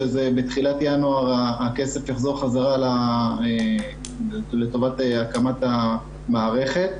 שבתחילת ינואר הכסף יחזור חזרה לטובת הקמת המערכת.